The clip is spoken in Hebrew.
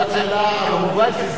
זו שאלה אחרת.